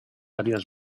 áreas